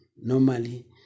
normally